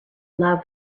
love